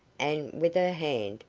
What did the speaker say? and, with her hand,